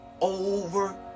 over